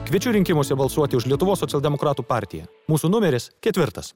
kviečiu rinkimuose balsuoti už lietuvos socialdemokratų partiją mūsų numeris ketvirtas